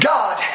God